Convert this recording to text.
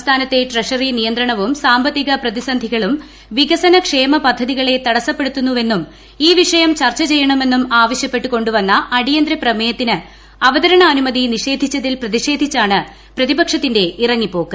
സംസ്ഥാനത്തെ നിയന്ത്രണവും ട്രടഷറി സാമ്പത്തിക പ്രതിസന്ധികളും വികസന ക്ഷേമപദ്ധതികളെ തടസ്സപ്പെടുത്തുന്നുവെന്നും ഈ വിഷയം ചെയ്യണമെന്നും ആവശ്യപ്പെട്ട് ചർച്ച കൊണ്ടുവന്ന അടിയന്തരപ്രമേയത്തിന് നിഷേധിച്ചതിൽ പ്രതിഷേധിച്ചാണ് പ്രതിപക്ഷത്തിന്റെ ഇറങ്ങിപ്പോക്ക്